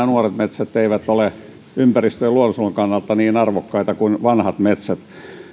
nuoret metsät eivät ole ympäristön ja luonnonsuojelun kannalta niin arvokkaita kuin vanhat metsät